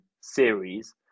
series